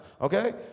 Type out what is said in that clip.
okay